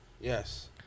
Yes